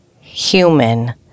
human